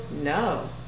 No